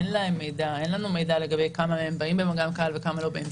אין לנו מידע לגבי כמה מהם באים במגע עם קהל וכמה לא באים.